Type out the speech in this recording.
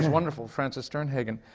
wonderful, frances sternhagen.